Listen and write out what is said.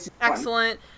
Excellent